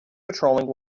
patrolling